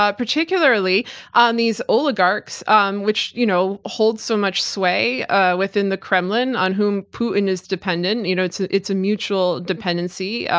ah particularly on these oligarchs um which you know, hold so much sway within the kremlin, on whom putin is dependent, you know it's ah it's a mutual dependency,